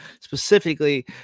Specifically